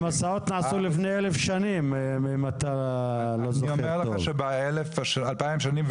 אני אומר לך שבאלפיים שנים,